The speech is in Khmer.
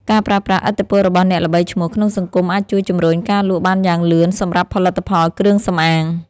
ការប្រើប្រាស់ឥទ្ធិពលរបស់អ្នកល្បីឈ្មោះក្នុងសង្គមអាចជួយជម្រុញការលក់បានយ៉ាងលឿនសម្រាប់ផលិតផលគ្រឿងសម្អាង។